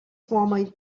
former